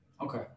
Okay